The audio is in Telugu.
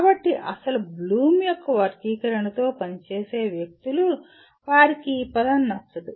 కాబట్టి అసలు బ్లూమ్ యొక్క వర్గీకరణతో పనిచేసే వ్యక్తులు వారికి ఈ పదం నచ్చదు